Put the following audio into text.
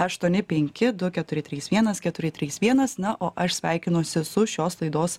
aštuoni penki du keturi trys vienas keturi trys vienas na o aš sveikinuosi su šios laidos